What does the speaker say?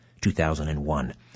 2001